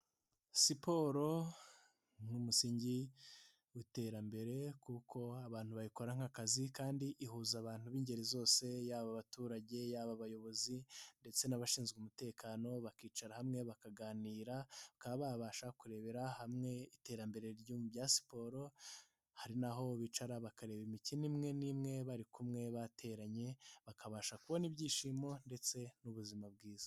Siporo nk'umusingi w'iterambere kuko abantu bayikora nk'akazi kandi ihuza abantu b'ingeri zose yaba abaturage, yaba abayobozi ndetse n'abashinzwe umutekano, bakicara hamwe bakaganira bakaba babasha kurebera hamwe iterambere bya siporo, hari n'aho bicarana bakareba imikino imwe n'imwe bari kumwe bateranye, bakabasha kubona ibyishimo ndetse n'ubuzima bwiza.